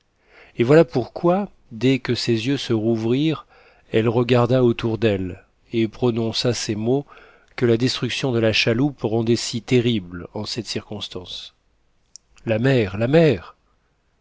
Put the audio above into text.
et voilà pourquoi dès que ses yeux se rouvrirent elle regarda autour d'elle et prononça ces mots que la destruction de la chaloupe rendait si terribles en cette circonstance la mer la mer